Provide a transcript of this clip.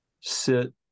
Sit